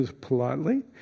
politely